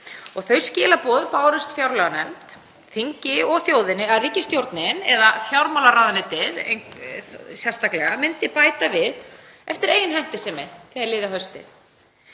þau skilaboð bárust fjárlaganefnd, þingi og þjóð að ríkisstjórnin, eða fjármálaráðuneytið sérstaklega, myndi bæta við eftir eigin hentisemi þegar liði á haustið.